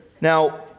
Now